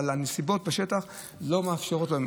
אבל הנסיבות בשטח לא מאפשרות לנו.